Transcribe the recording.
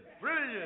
brilliant